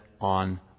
on